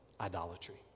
idolatry